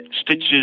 stitches